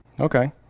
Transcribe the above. Okay